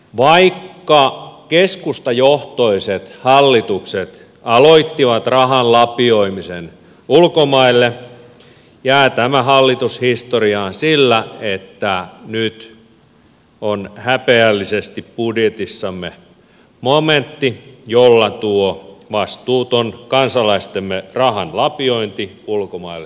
vaikka keskustajohtoiset hallitukset aloittivat rahan lapioimisen ulkomaille jää tämä hallitus historiaan sillä että nyt on häpeällisesti budjetissamme momentti jolla tuo vastuuton kansalaistemme rahan lapiointi ulkomaille suoritetaan